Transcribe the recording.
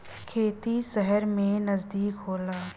खेती सहर के नजदीक होला